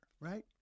right